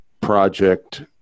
project